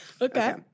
Okay